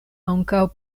ankaŭ